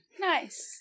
Nice